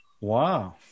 Wow